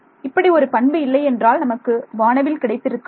இப்படி ஒரு பண்பு இல்லை என்றால் நமக்கு வானவில் கிடைத்திருக்காது